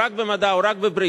רק במדע או רק בבריאות,